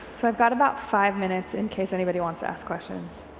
about about five minutes in case anybody wants to ask questions.